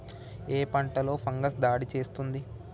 ఏ పంటలో ఫంగస్ దాడి చేస్తుంది?